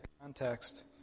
context